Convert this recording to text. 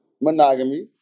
monogamy